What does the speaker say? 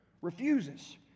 refuses